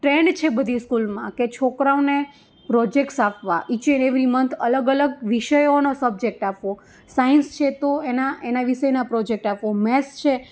trend છે બધી સ્કૂલમાં કે છોકરાઓને પ્રોજેક્ટ્સ આપવા ઈચ એન્ડ એવરી મંથ અલગ અલગ વિષયોનો સબ્જેક્ટ આપવો સાયન્સ છે તો એના એના વિશેના પ્રોજેક્ટ આપવો મેથ્સ છે